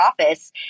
office